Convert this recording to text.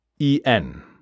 EN